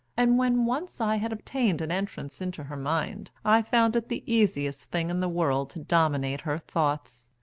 and when once i had obtained an entrance into her mind i found it the easiest thing in the world to dominate her thoughts.